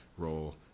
Role